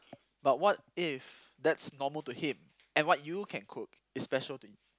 but what if that's normal to him and what you can cook is special to you